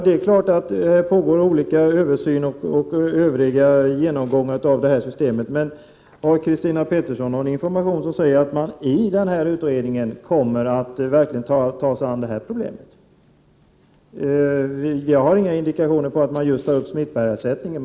Det är klart att det pågår olika former av översyn och genomgång av systemet, men har Christina Pettersson någon information som säger att utredningen verkligen kommer att ta sig an det här problemet? Vi har inga indikationer på att man tar upp just smittbärarersättningen.